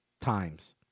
times